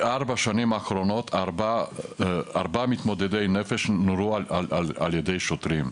בארבע השנים האחרונות ארבעה מתמודדי נפש נורו על ידי שוטרים.